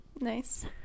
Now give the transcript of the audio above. Nice